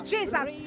Jesus